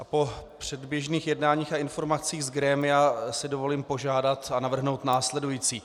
Po předběžných jednáních a informacích z grémia si dovolím požádat a navrhnout následující.